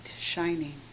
shining